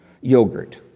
yogurt